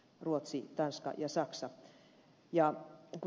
ruotsi tanska ja saksa